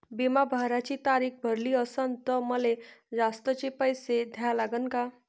बिमा भराची तारीख भरली असनं त मले जास्तचे पैसे द्या लागन का?